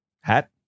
hat